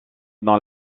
dans